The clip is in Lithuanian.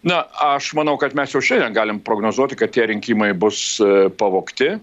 na aš manau kad mes jau šiandien galim prognozuoti kad tie rinkimai bus pavogti